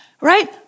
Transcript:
right